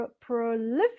prolific